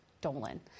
Dolan